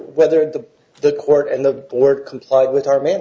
whether the the court and the work complied with our m